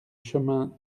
chemin